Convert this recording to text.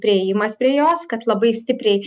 priėjimas prie jos kad labai stipriai